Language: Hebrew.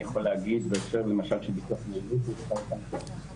אני יכול להגיד בהקשר למשל של ביטוח לאומי שהוזכר כאן,